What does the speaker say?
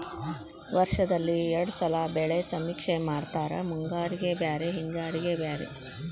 ವರ್ಷದಲ್ಲಿ ಎರ್ಡ್ ಸಲಾ ಬೆಳೆ ಸಮೇಕ್ಷೆ ಮಾಡತಾರ ಮುಂಗಾರಿಗೆ ಬ್ಯಾರೆ ಹಿಂಗಾರಿಗೆ ಬ್ಯಾರೆ